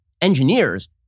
engineers